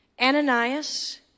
Ananias